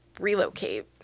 relocate